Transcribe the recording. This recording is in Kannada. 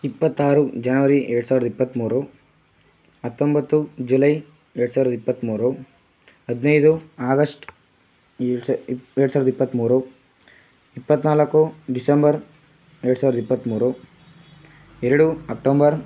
ಇಪ್ಪತ್ತಾರು ಜನವರಿ ಎರಡು ಸಾವಿರದ ಇಪ್ಪತ್ಮೂರು ಹತ್ತೊಂಬತ್ತು ಜುಲೈ ಎರಡು ಸಾವಿರದ ಇಪ್ಪತ್ಮೂರು ಹದಿನೈದು ಆಗಶ್ಟ್ ಎರಡು ಸಾವಿರದ ಇಪ್ಪತ್ಮೂರು ಇಪ್ಪತ್ನಾಲ್ಕು ಡಿಸೆಂಬರ್ ಎರಡು ಸಾವಿರದ ಇಪ್ಪತ್ಮೂರು ಎರಡು ಅಕ್ಟೋಂಬರ್